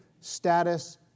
status